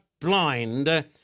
blind